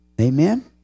Amen